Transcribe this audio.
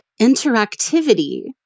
interactivity